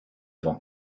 vent